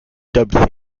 dubbed